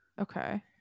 Okay